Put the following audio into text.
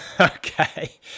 Okay